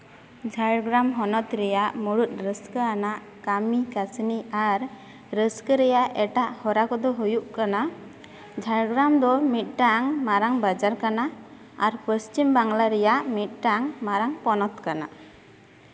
ᱡᱷᱟᱲᱜᱨᱟᱢ ᱦᱚᱱᱚᱛ ᱨᱮᱭᱟᱜ ᱢᱩᱬᱩᱛ ᱨᱟᱹᱥᱠᱟᱹ ᱟᱱᱟᱜ ᱠᱟᱹᱢᱤ ᱠᱟᱹᱥᱱᱤ ᱟᱨ ᱨᱟᱹᱥᱠᱟᱹ ᱨᱮᱭᱟᱜ ᱮᱴᱟᱜ ᱦᱚᱨᱟ ᱠᱚᱫᱚ ᱦᱩᱭᱩᱜ ᱠᱟᱱᱟ ᱡᱷᱟᱲᱜᱨᱟᱢ ᱫᱚ ᱢᱤᱫᱴᱟᱝ ᱢᱟᱨᱟᱝ ᱵᱟᱡᱟᱨ ᱠᱟᱱᱟ ᱟᱨ ᱯᱚᱪᱷᱤᱢ ᱵᱟᱝᱞᱟ ᱨᱮᱭᱟᱜ ᱢᱤᱫᱴᱟᱝ ᱢᱟᱨᱟᱝ ᱯᱚᱱᱚᱛ ᱠᱟᱱᱟ